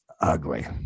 ugly